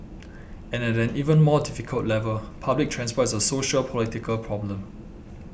and at an even more difficult level public transport is a sociopolitical problem